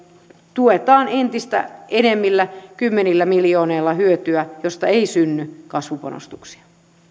tuetaan entistä enemmillä kymmenillä miljoonilla hyötyä josta ei synny kasvupanostuksia